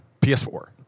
PS4